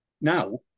now